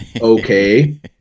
okay